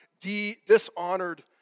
dishonored